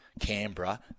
Canberra